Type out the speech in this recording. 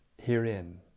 herein